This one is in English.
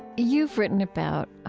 you've written about ah